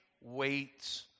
wait